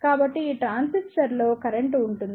కాబట్టి ఈ ట్రాన్సిస్టర్లో కరెంట్ ఉంటుంది